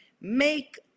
make